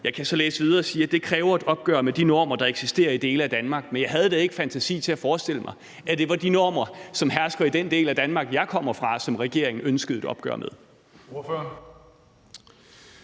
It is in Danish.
Jeg kan så læse videre og sige, at det kræver et opgør med de normer, der eksisterer i dele af Danmark. Men jeg havde da ikke fantasi til at forestille mig, at det var de normer, som hersker i den del af Danmark, jeg kommer fra, som regeringen ønskede et opgør med.